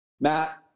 Matt